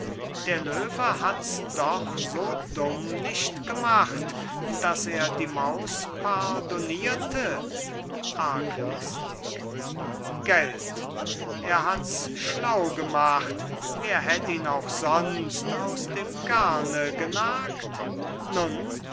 der löwe hats doch so dumm nicht gemacht daß er die maus pardonnierte arglistig gelt er hats schlau gemacht wer hätt ihn auch sonst aus dem garne genagt nun